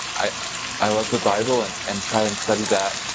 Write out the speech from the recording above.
i i love the bible and and try and study that